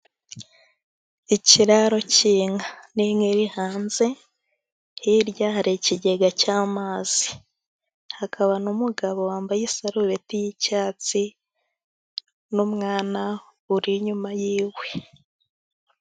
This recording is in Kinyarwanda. ikiraro cy'inka, n'inka iri hanze, hirya hari ikigega cy'amazi, hakaba n'umugabo wambaye isarubeti y'icyatsi n'umwana uri inyuma ye.